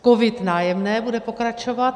COVID Nájemné bude pokračovat.